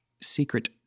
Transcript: secret